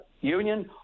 Union